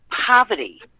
poverty